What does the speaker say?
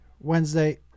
Wednesday